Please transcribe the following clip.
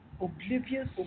Oblivious